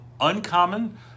Uncommon